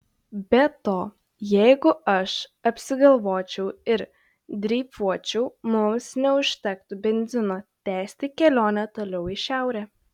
be to jeigu aš apsigalvočiau ir dreifuočiau mums neužtektų benzino tęsti kelionę toliau į šiaurę